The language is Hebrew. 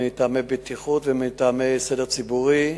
מטעמי בטיחות ומטעמי סדר ציבורי.